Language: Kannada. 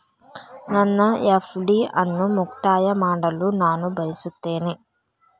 ನನ್ನ ಎಫ್.ಡಿ ಅನ್ನು ಮುಕ್ತಾಯ ಮಾಡಲು ನಾನು ಬಯಸುತ್ತೇನೆ